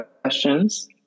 questions